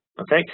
Okay